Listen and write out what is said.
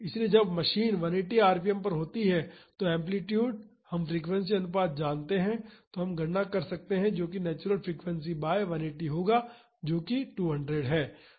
इसलिए जब machine 180 RPM पर होती है तो एम्पलीटूड हम फ्रीक्वेंसी अनुपात जानते हैं तो हम गणना कर सकते हैं जो की नेचुरल फ्रीक्वेंसी बाई 180 होगा जो कि 200 है